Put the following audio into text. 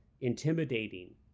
intimidating